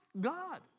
God